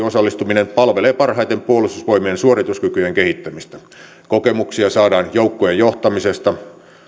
osallistuminen palvelee parhaiten puolustusvoimien suorituskykyjen kehittämistä kokemuksia saadaan joukkojen johtamisesta